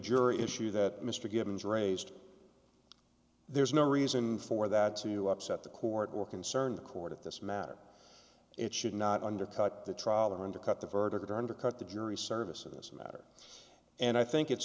jury issue that mr gibbons raised there's no reason for that to upset the court or concern the court of this matter it should not undercut the trial or undercut the verdict or to undercut the jury service in this matter and i think it's